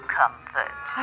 comfort